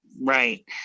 right